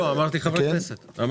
לא, אמרתי חברי כנסת.